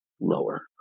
lower